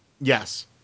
Yes